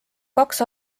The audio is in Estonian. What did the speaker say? kaks